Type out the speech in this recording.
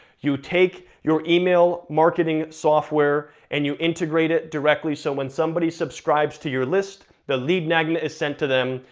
you take your email marketing software and you integrate it directly, so when somebody subscribes to your list, the lead magnet is sent to them,